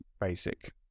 basic